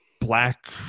black